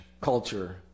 culture